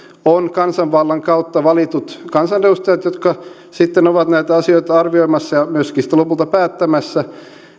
on kansanvallan kautta valitut kansanedustajat jotka sitten ovat näitä asioita arvioimassa ja myöskin sitten lopulta päättämässä